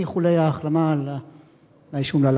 עם איחולי ההחלמה לאיש האומלל.